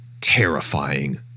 terrifying